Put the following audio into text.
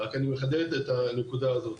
רק אני מחדד את הנקודה הזאת.